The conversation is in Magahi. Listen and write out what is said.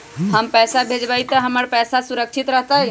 हम पैसा भेजबई तो हमर पैसा सुरक्षित रहतई?